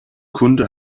kunde